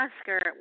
Oscar